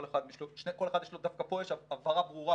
לכל אחד יש דווקא פה יש הפרדה ברורה,